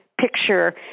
Picture